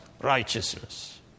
righteousness